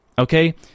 Okay